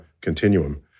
continuum